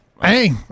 Hey